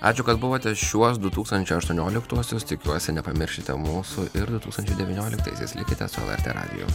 ačiū kad buvote šiuos du tūkstančiai aštuonioliktuosius tikiuosi nepamiršite mūsų ir du tūkstančiai devynioliktaisiais likite su lrt radiju